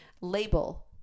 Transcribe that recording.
label